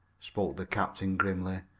spoke the captain grimly.